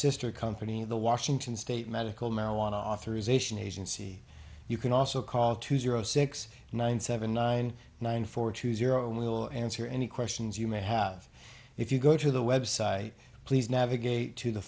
sister company the washington state medical marijuana authorization agency you can also call two zero six nine seven nine nine four two zero and we will answer any questions you may have if you go to the website please navigate to the